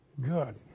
Good